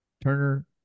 Turner